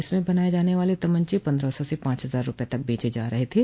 इसमें बनाये जाने वाले तमंचे पन्द्रह सौ से पांच हजार रूपये तक बेचे जा रहे थे